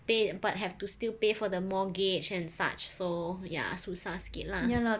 pay but have to still pay for the mortgage and such so ya susah sikit lah